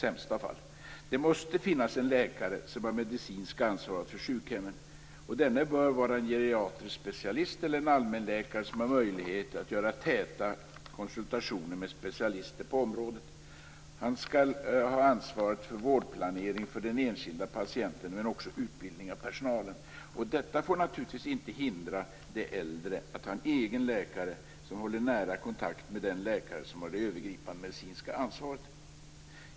Det måste finnas en läkare som har det medicinska ansvaret för sjukhemmet. Denne bör vara en geriatrisk specialist eller en allmänläkare som har möjligheter att göra täta konsultationer med specialister på området. Han skall ha ansvaret för vårdplaneringen för den enskilda patienten, men också för utbildningen av personalen. Detta får naturligtvis inte hindra de äldre att ha en egen läkare som håller nära kontakt med den läkare som har det övergripande medicinska ansvaret.